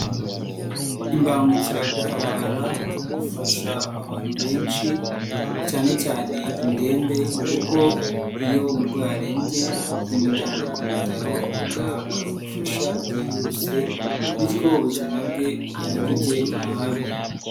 Imbangukiragutabara ifasha abantu benshi cyane cyane indembe kuko iyo umurwayi arembye zimujyana ku bitaro agahabwa ubufasha byihuse bityo ubuzima bwe ntibuge ahabi.